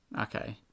Okay